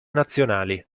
nazionali